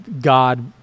God